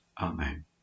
Amen